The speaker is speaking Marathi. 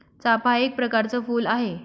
चाफा एक प्रकरच फुल आहे